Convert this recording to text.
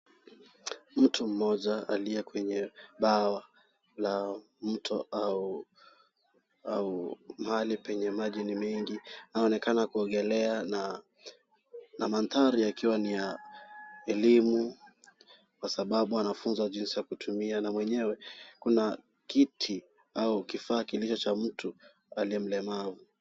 Mtu mmoja aliye kwenye mbao la mto au mahali penye maji ni mengi aonekana kuogelea na mantar yakiwa ni ya elimu kwa sababu anafunza jinsi ya kutumia na mwenyewe kuna kiti au kifaa kilicho cha mtu aliye mlemavu.